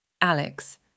Alex